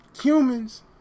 Humans